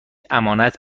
امانت